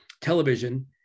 television